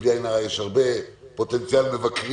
ובלי עין הרע, יש פוטנציאל גדול של מבקרים.